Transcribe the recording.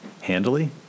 handily